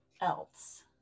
else